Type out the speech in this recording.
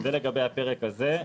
זה לגבי הפרק הזה.